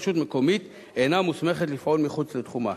מוצע לתקן את הדין הקיים ולהסמיך רשות מקומית לפעול מחוץ לתחומה